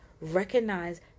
Recognize